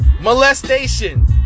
Molestation